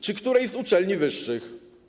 Czy którejś z uczelni wyższych?